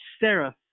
seraph